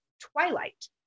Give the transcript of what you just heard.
twilight